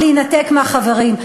להינתק מהחברים.